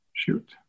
Shoot